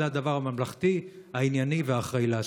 זה הדבר הממלכתי, הענייני והאחראי לעשות.